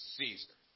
Caesar